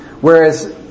Whereas